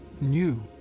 new